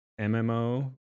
MMO